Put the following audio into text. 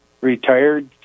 retired